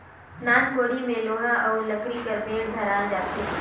नान कोड़ी मे लोहा अउ लकरी कर बेठ धराल जाथे